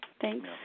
Thanks